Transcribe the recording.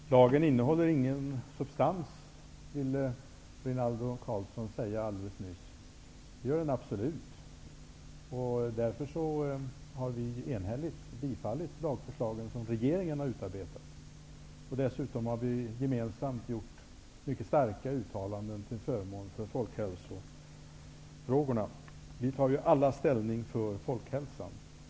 Herr talman! Lagen innehåller ingen substans, ville Rinaldo Karlsson säga alldeles nyss. Det gör den absolut, och därför har vi enhälligt tillstyrkt de lagförslag som regeringen har utarbetat. Dessutom har vi gemensamt gjort mycket starka uttalanden till förmån för folkhälsofrågorna. Vi tar alla ställning för folkhälsan.